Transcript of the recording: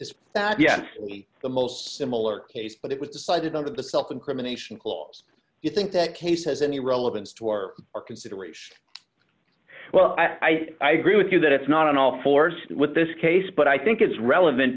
is that yes the most similar case but it was decided under the self incrimination clause you think that case has any relevance to our consideration well i agree with you that it's not on all fours with this case but i think it's relevant